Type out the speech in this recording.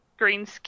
Greenskin